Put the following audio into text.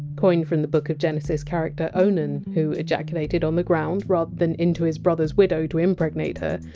coined from the book of genesis character onan, who ejaculated on the ground rather than into his brother! s widow to impregnate her,